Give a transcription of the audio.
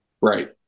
Right